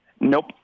Nope